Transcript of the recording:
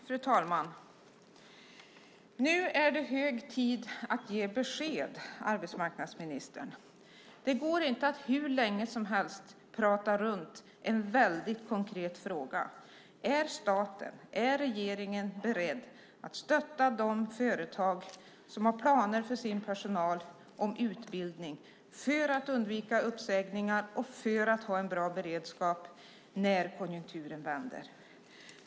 Fru talman! Nu är det hög tid att ge besked, arbetsmarknadsministern. Det går inte att hur länge som helst prata runt en mycket konkret fråga. Är regeringen beredd att stötta de företag som har utbildningsplaner för sin personal för att undvika uppsägningar och för att ha en bra beredskap när konjunkturen vänder?